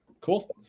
Cool